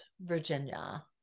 Virginia